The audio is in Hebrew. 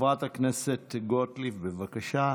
חברת הכנסת גוטליב, בבקשה,